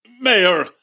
Mayor